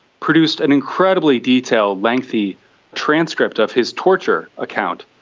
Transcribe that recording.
produced an incredibly detailed, lengthy transcript of his torture account,